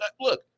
look